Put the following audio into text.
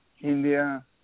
India